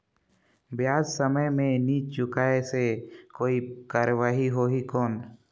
ब्याज समय मे नी चुकाय से कोई कार्रवाही होही कौन?